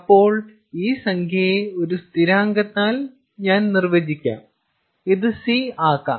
അപ്പോൾ ഈ സംഖ്യയെ ഒരു സ്ഥിരാങ്കത്താൽ ഞാൻ നിർവചിക്കാം ഇത് C ആക്കാം